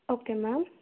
okay ma'am